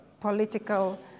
political